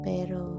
Pero